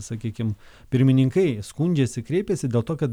sakykim pirmininkai skundžiasi kreipiasi dėl to kad